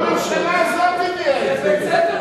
לא הממשלה הזאת הביאה את זה.